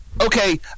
Okay